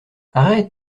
arrête